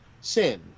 sin